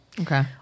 Okay